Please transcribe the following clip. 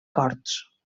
corts